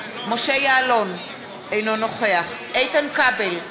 משה יעלון, אינו נוכח איתן כבל,